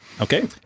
Okay